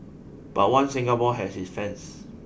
but One Singapore has its fans